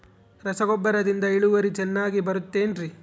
ರಸಗೊಬ್ಬರದಿಂದ ಇಳುವರಿ ಚೆನ್ನಾಗಿ ಬರುತ್ತೆ ಏನ್ರಿ?